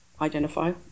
identify